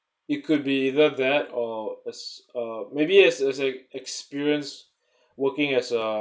it could be either that or just uh maybe as as a experience working as a